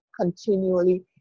continually